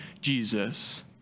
Jesus